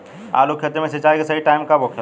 आलू के खेती मे सिंचाई के सही टाइम कब होखे ला?